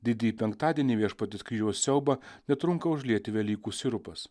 didįjį penktadienį viešpaties kryžiaus siaubą netrunka užlieti velykų sirupas